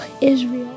Israel